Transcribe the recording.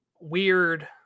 weird